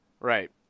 Right